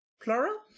plural